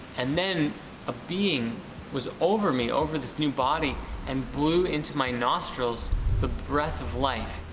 and then a being was over me over this new body and blew into my nostrils the breath of life.